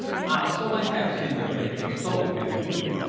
ah! so i have, signore and so have you!